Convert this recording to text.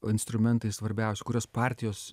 o instrumentai svarbiausia kurios partijos